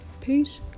Peace